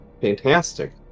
Fantastic